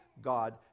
God